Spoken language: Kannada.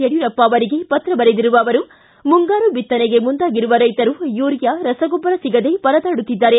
ಯಡಿಯೂರಪ್ಪ ಅವರಿಗೆ ಪತ್ರ ಬರೆದಿರುವ ಅವರು ಮುಂಗಾರು ಬಿತ್ತನೆಗೆ ಮುಂದಾಗಿರುವ ರೈತರು ಯೂರಿಯಾ ರಸಗೊಬ್ಬರ ಸಿಗದೆ ಪರದಾಡುತ್ತಿದ್ದಾರೆ